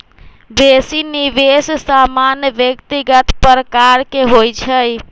बेशी निवेश सामान्य व्यक्तिगत प्रकार के होइ छइ